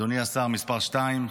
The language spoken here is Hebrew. אדוני השר מספר שתיים,